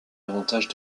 avantage